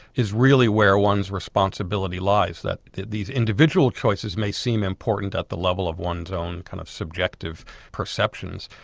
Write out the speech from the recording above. is really where one's responsibility lies, that these individual choices may seem important at the level of one's own kind of subjective perceptions,